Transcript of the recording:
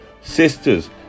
sisters